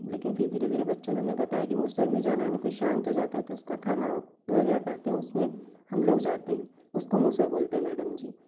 लेकिन फिर धीरे धीरे बच्चों ने हमें बताया कि मोसर में जाना यानि कोई शांत हो जाता है तो उसका खाना वगैरह करते हैं उसमें हम लोग जाते हैं उसको मोसर बोलते हैं मैडम जी